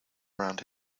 around